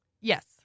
Yes